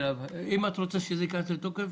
אם את רוצה שזה ייכנס לתוקף